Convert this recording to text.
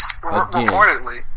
Reportedly